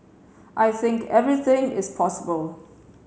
I think everything is possible